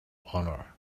honor